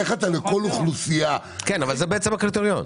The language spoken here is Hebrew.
איך אתה לכל אוכלוסייה --- זה בעצם הקריטריונים.